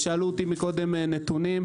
ושאלו אותי מקודם נתונים.